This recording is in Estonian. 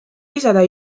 lisada